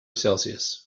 celsius